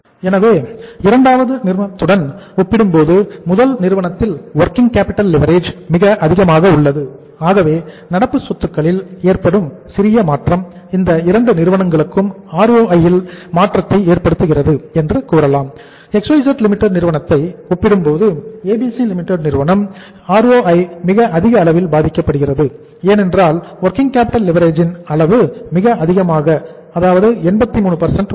எனவே இரண்டாவது நிறுவனத்துடன் ஒப்பிடும்போது முதல் நிறுவனத்தில் வொர்கிங் கேப்பிட்டல் லிவரேஜ் ன் அளவு மிக அதிகமாக 83 உள்ளது